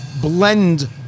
blend